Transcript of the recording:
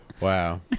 Wow